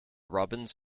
robins